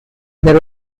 there